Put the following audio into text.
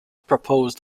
proposed